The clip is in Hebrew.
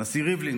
הנשיא ריבלין,